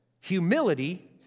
Humility